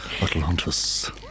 Atlantis